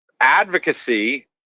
advocacy